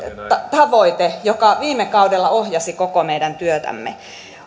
tavoite joka viime kaudella ohjasi koko meidän työtämme